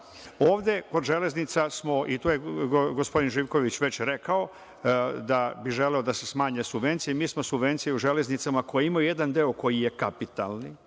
ovde kod Železnica smo, i to je gospodin Živković već rekao, da bi želeo da se smanje subvencije i mi smo subvencije u Železnicama koje je imao jedan deo koji je kapitalni,